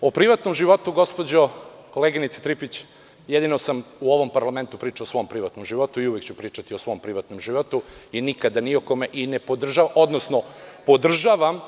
O privatnom životu gospođo koleginice Tripić, jedino sam u ovom parlamentu pričao o svom privatnom životu i uvek ću pričati o svom privatnom životu i nikada ni o kome i ne podržavam to.